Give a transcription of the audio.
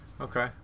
Okay